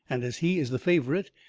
and as he is the favourite,